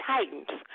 Titans